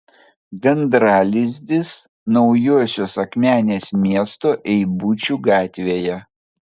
gandralizdis naujosios akmenės miesto eibučių gatvėje